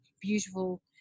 beautiful